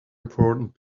important